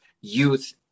youth